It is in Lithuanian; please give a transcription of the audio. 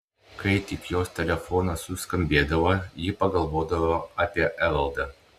kai tik jos telefonas suskambėdavo ji pagalvodavo apie evaldą